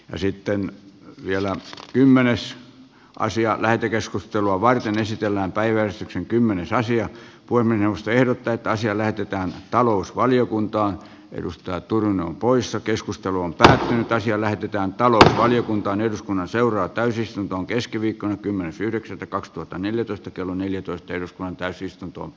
ja sitten vielä kymmenes tuhansia lähetekeskustelua varten esitellään päivää saksan kymmenen rasia kuin minusta ehdot täyttä asiaa lähestytään talousvaliokuntaan edustaa turun on poissa keskusteluun päätynyt asia lähetetään talousvaliokunta on eduskunnan seuraa täysistuntoon keskiviikkona kymmenes yhdeksättä kaksituhattaneljätoista kello neljätoista eduskunnan kyydissä